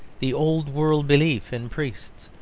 the old-world belief in priests,